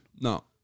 No